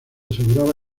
aseguraba